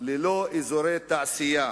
ללא אזורי תעשייה.